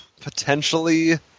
Potentially